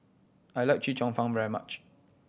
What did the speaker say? I like Chee Cheong Fun very much